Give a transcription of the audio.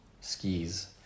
skis